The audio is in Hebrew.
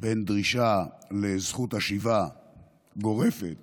בין דרישה לזכות שיבה גורפת